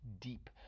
deep